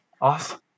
Awesome